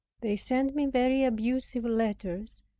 they sent me very abusive letters,